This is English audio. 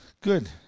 Good